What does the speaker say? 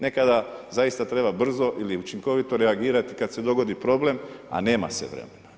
Nekada zaista treba brzo ili učinkovito reagirati kad se dogodi problem, a nema se vremena.